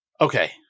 Okay